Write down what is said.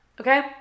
okay